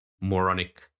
moronic